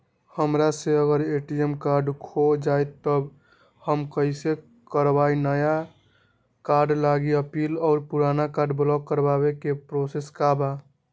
हमरा से अगर ए.टी.एम कार्ड खो जतई तब हम कईसे करवाई नया कार्ड लागी अपील और पुराना कार्ड ब्लॉक करावे के प्रोसेस का बा?